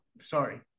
Sorry